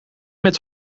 met